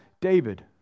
David